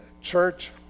church